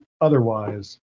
otherwise